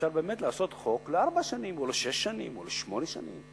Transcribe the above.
אפשר באמת לעשות חוק לארבע שנים או לשש שנים או לשמונה שנים.